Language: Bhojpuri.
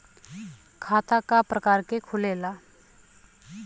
खाता क प्रकार के खुलेला?